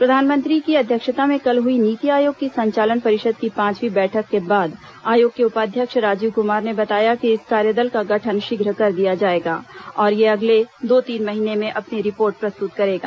प्रधानमंत्री की अध्यक्षता में कल हुई नीति आयोग की संचालन परिषद की पांचवी बैठक के बाद आयोग के उपाध्यक्ष राजीव कुमार ने बताया कि इस कार्यदल का गठन शीघ्र कर दिया जाएगा और यह अगले दो तीन महीने में अपनी रिपोर्ट प्रस्तुत करेगा